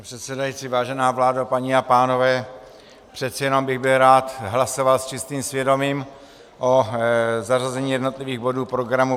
Pane předsedající, vážená vládo, paní a pánové, přece jenom bych rád hlasoval s čistým svědomím o zařazení jednotlivých bodů programu.